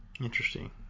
Interesting